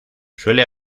suele